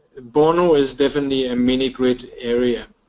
borno is definitely a mini-grid area.